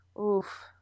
oof